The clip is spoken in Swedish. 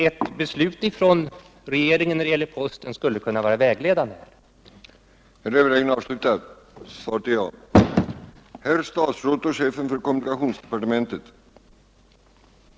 Ett beslut av regeringen när det gäller posten skulle kunna bli vägledande även ur denna något vidare aspekt